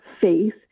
faith